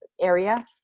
area